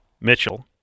Mitchell